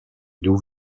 doux